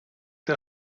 der